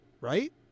Right